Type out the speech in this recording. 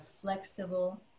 flexible